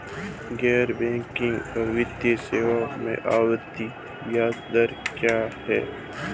गैर बैंकिंग वित्तीय सेवाओं में आवर्ती ब्याज दर क्या है?